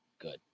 good